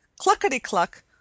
Cluckety-Cluck